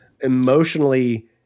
emotionally